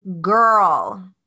Girl